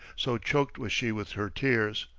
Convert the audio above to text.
so choked was she with her tears.